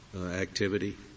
activity